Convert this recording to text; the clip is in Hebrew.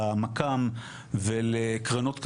למק"מ ולקרנות כספיות,